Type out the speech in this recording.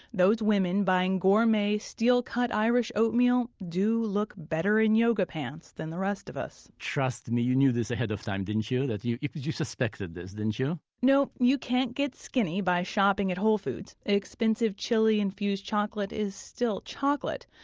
those women buying gourmet steel-cut irish oatmeal do look better in yoga pants than the rest of us trust me, you knew this ahead of time, didn't you? you you suspected this, didn't you? no, you can't get skinny by shopping at whole foods. expensive chili-infused chocolate is still chocolate.